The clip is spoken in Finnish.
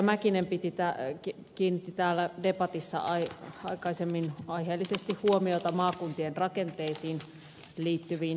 mäkinen kiinnitti täällä debatissa aikaisemmin aiheellisesti huomiota maakuntien rakenteisiin liittyviin jatkotoimenpiteisiin